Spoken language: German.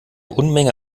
unmenge